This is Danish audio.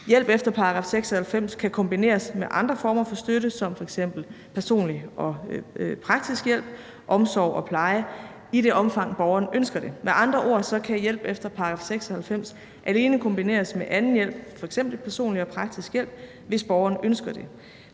Hjælp efter § 96 kan kombineres med andre former for støtte, som f.eks. personlig og praktisk hjælp, omsorg og pleje, i det omfang borgeren ønsker det. Med andre ord kan hjælp efter § 96 alene kombineres med anden hjælp, f.eks. personlig og praktisk hjælp, hvis borgeren ønsker det.